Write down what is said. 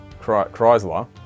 Chrysler